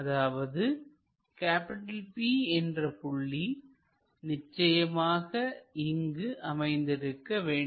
அதாவது P என்ற புள்ளி நிச்சயமாக இங்கு அமைந்திருக்க வேண்டும்